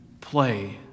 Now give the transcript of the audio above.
play